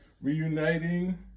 reuniting